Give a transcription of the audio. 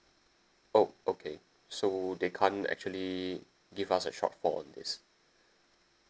oh okay so they can't actually give us a shortfall on this